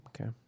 Okay